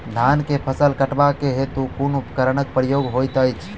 धान केँ फसल कटवा केँ हेतु कुन उपकरणक प्रयोग होइत अछि?